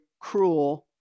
cruel